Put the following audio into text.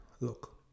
Look